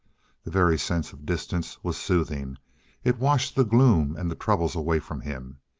the very sense of distance was soothing it washed the gloom and the troubles away from him.